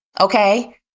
Okay